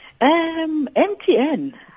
MTN